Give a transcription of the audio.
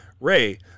Ray